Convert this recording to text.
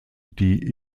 die